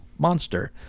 monster